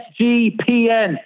SGPN